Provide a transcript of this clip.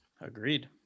Agreed